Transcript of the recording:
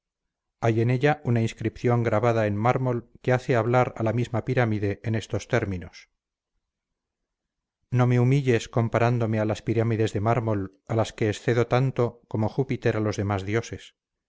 hay en ella una inscripción grabada en mármol que hace hablar a la misma pirámide en estos términos no me humilles comparándome a las pirámides de mármol a las que excedo tanto como júpiter a los demás dioses